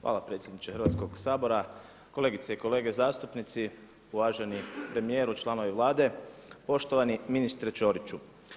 Hvala predsjedniče Hrvatskog sabora, kolegice i kolege zastupnici, uvaženi premijeru, članovi Vlade, poštovani ministre Ćoriću.